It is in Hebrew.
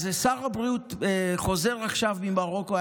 אז שר הבריאות חוזר עכשיו ממרוקו,